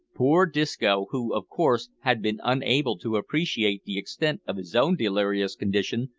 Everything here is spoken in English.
poor disco, who, of course, had been unable to appreciate the extent of his own delirious condition,